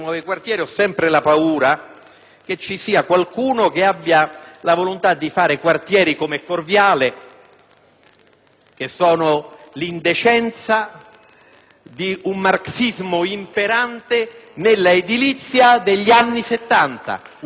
che vi sia qualcuno che abbia la volontà di costruire quartieri come Corviale, che sono l'indecenza di un marxismo imperante nell'edilizia degli anni Settanta. *(Applausi del senatore